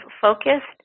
focused